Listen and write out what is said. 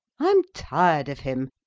i am tired of him.